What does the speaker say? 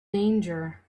danger